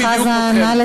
חבר הכנסת חזן, נא לסיים.